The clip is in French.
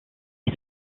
ils